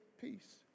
peace